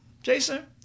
Jason